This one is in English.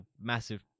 massive